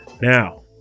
Now